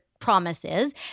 promises